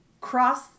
cross